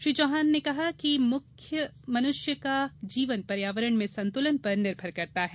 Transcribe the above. श्री चौहान ने कहा है कि मनुष्य का जीवन पर्यावरण में संतुलन पर निर्भर है